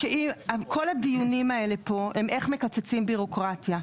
שכל הדיונים האלה פה הם איך מקצצים בירוקרטיה.